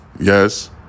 yes